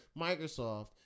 Microsoft